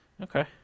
Okay